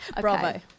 Bravo